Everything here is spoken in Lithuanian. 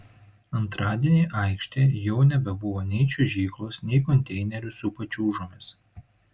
antradienį aikštėje jau nebebuvo nei čiuožyklos nei konteinerių su pačiūžomis